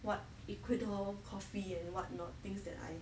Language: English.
what ecuador coffee and what not things that I